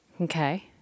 Okay